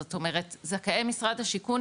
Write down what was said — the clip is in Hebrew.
זאת אומרת זכאי משרד השיכון,